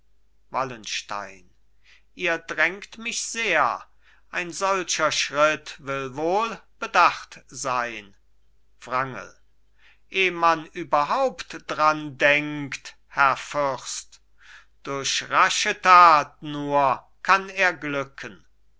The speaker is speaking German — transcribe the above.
wallenstein ihr drängt mich sehr ein solcher schritt will wohl bedacht sein wrangel eh man überhaupt dran denkt herr fürst durch rasche tat nur kann er glücken